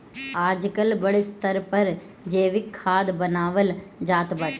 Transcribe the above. आजकल बड़ स्तर पर जैविक खाद बानवल जात बाटे